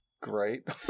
great